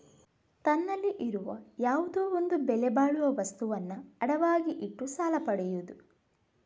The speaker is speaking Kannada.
ತನ್ನಲ್ಲಿ ಇರುವ ಯಾವುದೋ ಒಂದು ಬೆಲೆ ಬಾಳುವ ವಸ್ತುವನ್ನ ಅಡವಾಗಿ ಇಟ್ಟು ಸಾಲ ಪಡಿಯುದು